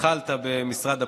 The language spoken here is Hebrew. דיבור.